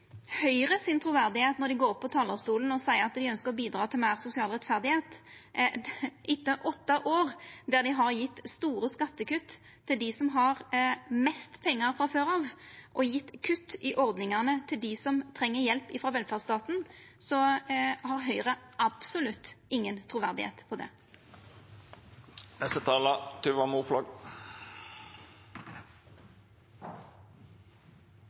Når Høgre går opp på talarstolen og seier at dei ønskjer å bidra til meir sosial rettferd, etter åtte år der dei har gjeve store skattekutt til dei som har mest pengar frå før av, og kutta i ordningane til dei som treng hjelp frå velferdsstaten, har dei absolutt ikkje noko truverd på det.